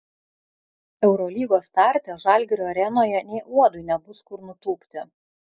eurolygos starte žalgirio arenoje nė uodui nebus kur nutūpti